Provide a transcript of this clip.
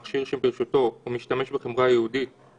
"למשך 30 יום אם לא תוצג טכנולוגיה אזרחית חלופית".